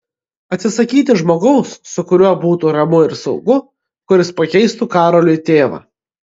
atsisakyti žmogaus su kuriuo būtų ramu ir saugu kuris pakeistų karoliui tėvą